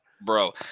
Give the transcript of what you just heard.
Bro